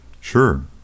Sure